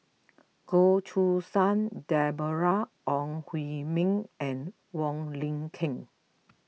Goh Choo San Deborah Ong Hui Min and Wong Lin Ken